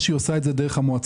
או שהיא עושה את זה דרך המועצות.